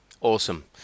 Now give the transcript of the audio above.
Awesome